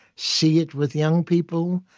see it with young people,